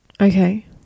Okay